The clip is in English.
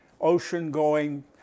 ocean-going